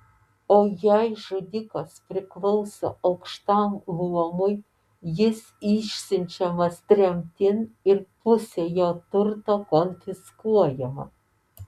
o jei žudikas priklauso aukštam luomui jis išsiunčiamas tremtin ir pusė jo turto konfiskuojama